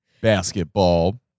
basketball